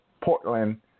Portland